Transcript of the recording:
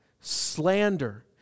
slander